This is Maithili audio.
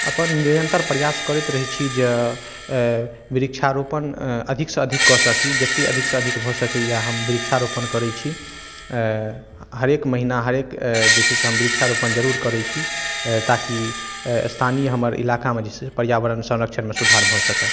अपन निरन्तर प्रयास करैत रहै छी जे वृक्षारोपण अधिकसँ अधिक कऽ सकी जतेक अधिकसँ अधिक भऽ सकैए हम वृक्षरोपण करै छी हरेक महीना हरेक जे छै से हम वृक्षरोपण जरूर करै छी ताकि स्थानीय हमर इलाकामे जे छै पर्यावरण संरक्षणमे सुधार भऽ सकै